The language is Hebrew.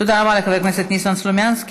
תודה רבה לחבר הכנסת ניסן סלומינסקי.